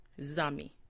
Zami